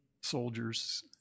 soldiers